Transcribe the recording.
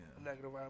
Negative